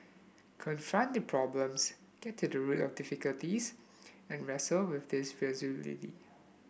confront the problems get to the root of the difficulties and wrestle with these resolutely